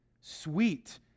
Sweet